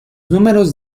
números